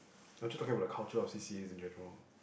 I'm just talking about the cultures of C_C_A in general